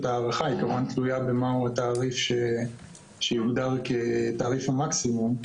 כמובן שהיא תלויה בשאלה מהו התעריף שיוגדר כתעריף המקסימום.